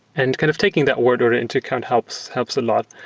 and kind of taking the order into account helps helps a lot.